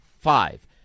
Five